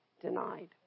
denied